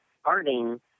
starting